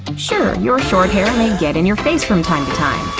sure your short hair may get in your face from time to time.